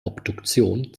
obduktion